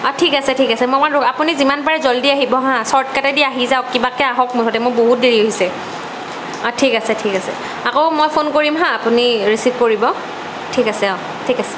অঁ ঠিক আছে ঠিক আছে মই অকণমান ৰৈ আপুনি যিমান পাৰে জল্ডি আহিব হা চৰ্ট কাটেদি আহি যাওক কিবাকে আহক মুঠতে মোৰ বহুত দেৰি হৈছে অঁ ঠিক আছে ঠিক আছে আকৌ মই ফোন কৰিম হা আপুনি ৰিচিভ কৰিব ঠিক আছে অঁ ঠিক আছে